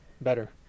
better